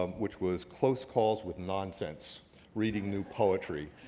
um which was close calls with nonsense reading new poetry.